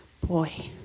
Boy